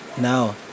now